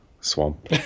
swamp